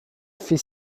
fait